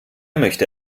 möchte